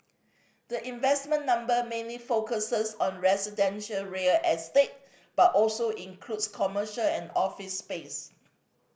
the investment number mainly focuses on residential real estate but also includes commercial and office space